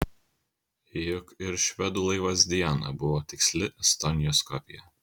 juk ir švedų laivas diana buvo tiksli estonijos kopija